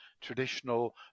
traditional